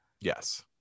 Yes